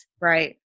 Right